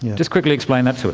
just quickly explain that to